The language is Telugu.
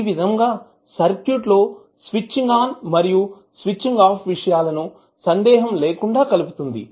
ఈ విధంగా సర్క్యూట్ లో స్విచ్చింగ్ ఆన్ మరియు స్విచ్చింగ్ ఆఫ్ విషయాలను సందేహం లేకుండా కలుపుతుంది